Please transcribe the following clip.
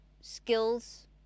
skills